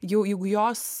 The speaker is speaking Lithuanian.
jau jeigu jos